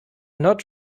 not